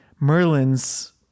Merlins